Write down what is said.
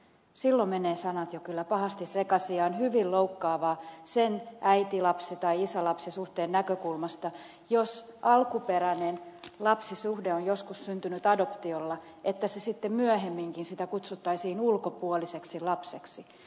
silloin menevät sanat jo kyllä pahasti sekaisin ja on hyvin loukkaavaa sen äitilapsi tai isälapsi suhteen näkökulmasta jos alkuperäinen lapsisuhde on joskus syntynyt adoptiolla että sitä sitten myöhemminkin kutsuttaisiin ulkopuoliseksi lapseksi